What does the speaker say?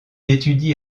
étudie